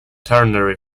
ternary